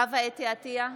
חוה אתי עטייה,